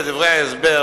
בדברי ההסבר,